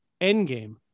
Endgame